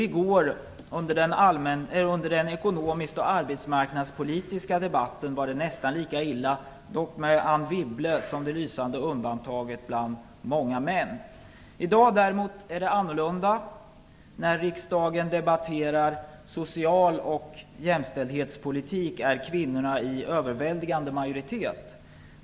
I går, under den ekonomisk och arbetsmarknadspolitiska debatten, var det nästan lika illa, dock med Anne Wibble som det lysande undantaget bland alla män. I dag är det däremot annorlunda. När riksdagen debatterar social och jämställdhetspolitik är kvinnorna en överväldigande majoritet.